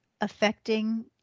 affecting